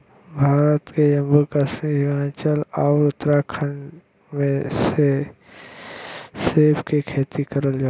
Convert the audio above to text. भारत के जम्मू कश्मीर, हिमाचल आउर उत्तराखंड में सेब के खेती करल जाला